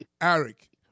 Eric